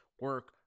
Work